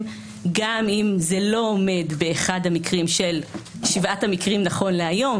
גם אם זה לא עומד באחד משבעת המקרים נכון להיום,